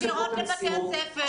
ישירות לבתי-הספר.